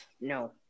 No